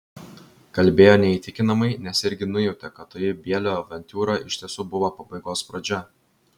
kalbėjo neįtikinamai nes irgi nujautė kad toji bielio avantiūra iš tiesų buvo pabaigos pradžia